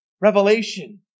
revelation